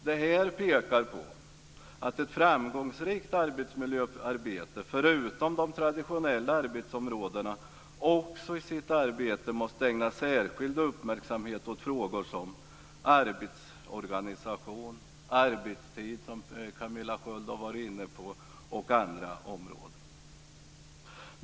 Det här pekar på att man i ett framgångsrikt arbetsmiljöarbete förutom de traditionella arbetsområdena också måste ägna särskild uppmärksamhet åt frågor som arbetsorganisation, arbetstid - som Camilla Sköld Jansson har varit inne på - och andra områden.